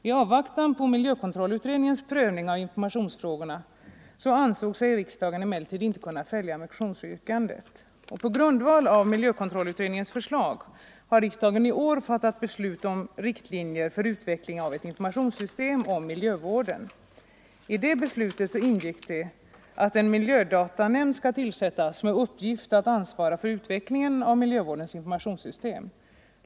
I avvaktan på miljökontrollutredningens prövning av informationsfrågorna ansåg sig riksdagen emellertid inte kunna följa motionsyrkandena. På grundval av miljökontrollutredningens förslag har riksdagen i år fattat beslut om riktlinjer för utveckling av ett informationssystem om miljövården. I det beslutet ingick att en miljödatanämnd skall tillsättas med uppgift att ansvara för utvecklingen av miljövårdens informationssystem.